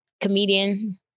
comedian